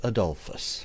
Adolphus